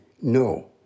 no